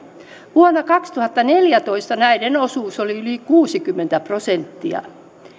vuonna kaksituhattaneljätoista näiden osuus oli yli kuusikymmentä prosenttia